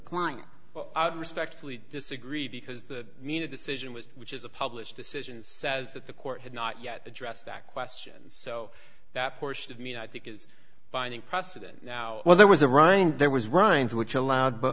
client respectfully disagree because the mena decision was which is a published decision says that the court had not yet addressed that question so that portion of mean i think is binding precedent now well there was a rind there was ryan's which allowed